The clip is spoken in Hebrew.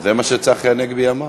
זה מה שצחי הנגבי אמר.